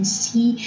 see